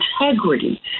integrity